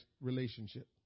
relationship